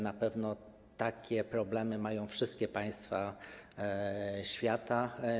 Na pewno takie problemy mają wszystkie państwa świata.